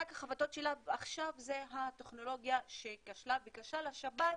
שק החבטות שלה עכשיו זו הטכנולוגיה שכשלה וכשל השב"כ,